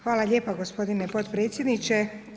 Hvala lijepa gospodine potpredsjedniče.